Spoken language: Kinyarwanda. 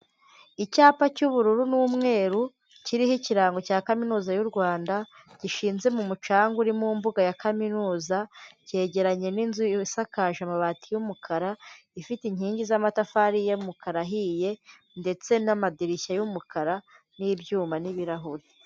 Icyapa cy'ubururu n'umweru, kiriho ikirango cya kaminuza y'u Rwanda, gishinze mu mucanga uri mu mbuga ya kaminuza, cyegeranye n'inzu isakaje amabati y'umukara, ifite inkingi z'amatafari y'umukara ahiye, ndetse n'amadirishya y'umukara, n'ibyuma n'ibirahuri.